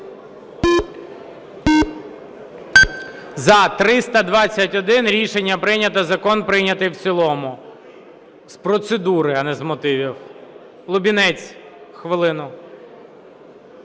За-321 Рішення прийнято. Закон прийнятий в цілому. З процедури, а не з мотивів. Лубінець хвилину.